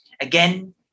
again